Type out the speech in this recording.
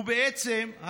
ובעצם,